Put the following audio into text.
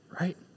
right